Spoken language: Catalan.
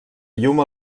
llum